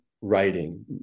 writing